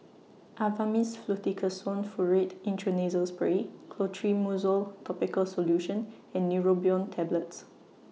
Avamys Fluticasone Furoate Intranasal Spray Clotrimozole Topical Solution and Neurobion Tablets